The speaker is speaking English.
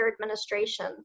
administration